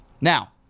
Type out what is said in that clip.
Now